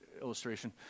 illustration